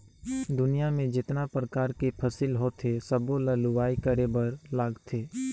दुनियां में जेतना परकार के फसिल होथे सबो ल लूवाई करे बर लागथे